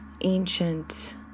ancient